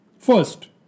First